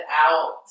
out